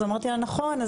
אז אמרתי לה נכון,